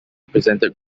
presented